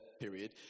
period